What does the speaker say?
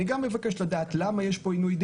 אני גם מבקש לדעת למה יש פה עינוי דין